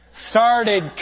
Started